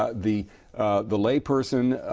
ah the the lay person,